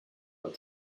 but